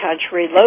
country